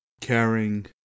caring